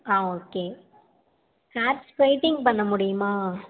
ஆ okay hair straightening பண்ண முடியுமா